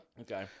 Okay